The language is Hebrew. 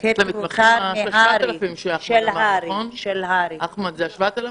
אני מתמחה בגניקולוגיה כבר חמש שנים וגם אמא לשלושה ילדים.